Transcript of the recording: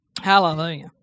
Hallelujah